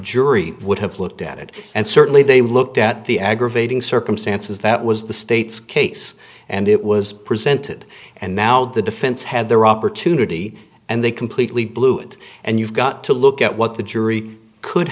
jury would have looked at it and certainly they looked at the aggravating circumstances that was the state's case and it was presented and now the defense had their opportunity and they completely blew it and you've got to look at what the jury could